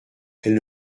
elle